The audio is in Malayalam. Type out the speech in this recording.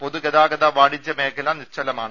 പൊതുഗതാഗത വാണിജ്യ മേഖല നിശ്ചലമാണ്